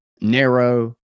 narrow